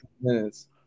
minutes